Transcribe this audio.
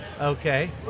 Okay